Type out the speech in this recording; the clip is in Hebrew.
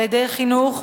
על-ידי חינוך,